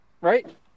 Right